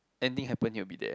anything happen he will be there